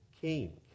king